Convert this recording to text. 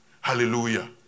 Hallelujah